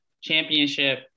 championship